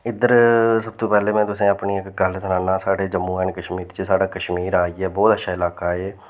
इद्धर सब तो पैह्ले में तुसें अपनी इक गल्ल सनानां साढ़े जम्मू एंड कश्मीर च साढ़े कश्मीर आई गेआ बोह्त अच्छा लाका एह्